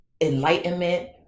enlightenment